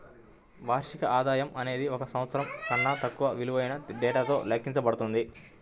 వార్షిక ఆదాయం అనేది ఒక సంవత్సరం కన్నా తక్కువ విలువైన డేటాతో లెక్కించబడుతుంది